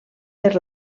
per